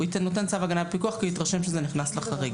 הוא נותן צו הגנה בפיקוח כי הוא התרשם שזה נכנס לחריג.